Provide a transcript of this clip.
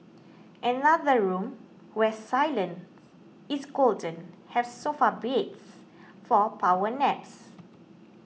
another room where silence is golden has sofa beds for power naps